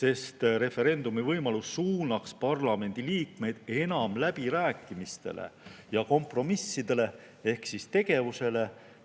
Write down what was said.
sest referendumi võimalus suunaks parlamendiliikmeid enam läbirääkimistele ja kompromissidele ehk tegevusele,